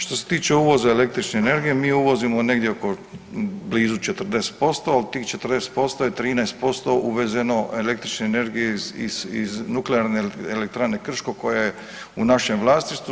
Što se tiče uvoza električne energije mi uvozimo negdje oko blizu 40%, a u tih 40% je 13% uvezeno električne energije iz Nuklearne elektrane Krško koja je u našem vlasništvu.